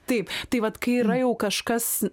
taip tai vat kai yra jau kažkas